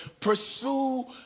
pursue